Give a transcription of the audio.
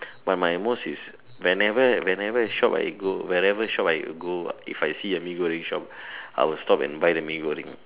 but my most is whenever whenever shop I go wherever shop I go if I see a Mee-Goreng shop I will stop and buy the Mee-Goreng